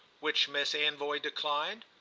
which miss anvoy declined?